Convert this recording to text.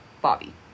Bobby